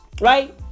right